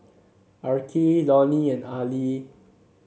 Arkie Lonny and Ali